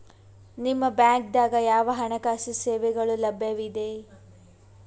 ನಿಮ ಬ್ಯಾಂಕ ದಾಗ ಯಾವ ಹಣಕಾಸು ಸೇವೆಗಳು ಲಭ್ಯವಿದೆ?